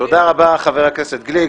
תודה רבה, חבר הכנסת גליק.